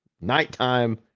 nighttime